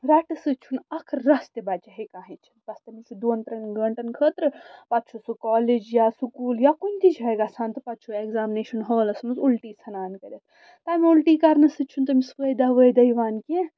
رَٹہٕ سۭتۍ چھُنہٕ اکھ رس تہِ بچہِ ہٮ۪کان ہیٚچھِتھ بس تٔمِس چھُ دۄن ترٛٮ۪ن گٲنٛٹن خٲطرٕ پتہٕ چھُ سُہ کالیج یا سکوٗل یا کُنہِ تہِ جایہِ گژھان تہٕ پتہٕ چھُ ایٚگزامنیشن ہالس منٛز اُلٹی ژھٕنان کٔرِتھ تمہِ اُلٹی کرنہٕ سۭتۍ چھُنہٕ تٔمِس فٲیدٕ وٲیِدٕ یِوان کیٚنٛہہ